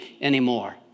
anymore